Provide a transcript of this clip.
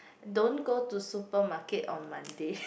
don't go to supermarket on Monday